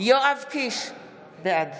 בעד